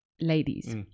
ladies